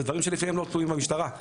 זה דברים שלפעמים לא תלויים במשטרה,